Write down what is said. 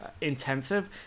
intensive